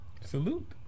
Salute